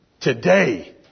Today